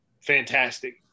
fantastic